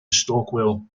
stockwell